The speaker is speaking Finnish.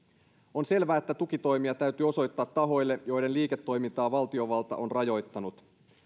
on selvää että tukitoimia täytyy osoittaa tahoille joiden liiketoimintaa valtiovalta on rajoittanut